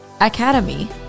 Academy